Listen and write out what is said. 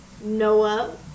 Noah